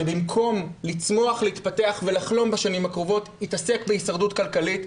שבמקום לצמוח ולהתפתח ולחלום בשנים הקרובות יתעסק בהישרדות כלכלית.